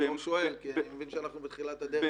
אני רק שואל כי אני מבין שאנחנו בתחילת הדרך.